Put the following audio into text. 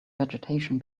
vegetation